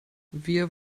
wir